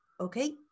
Okay